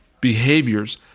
behaviors